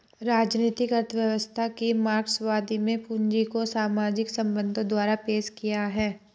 राजनीतिक अर्थव्यवस्था की मार्क्सवादी में पूंजी को सामाजिक संबंधों द्वारा पेश किया है